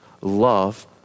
love